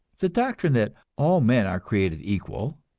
the doctrine that all men are created equal,